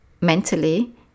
mentally